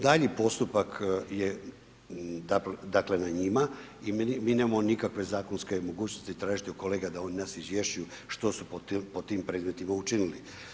Daljnji postupak je dakle na njima i mi nemamo dakle nikakve zakonske mogućnosti tražiti od kolega da oni nas izvješćuju što su pod tim predmetima učinili.